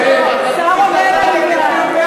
השר עונה לעניין.